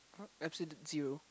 absolute zero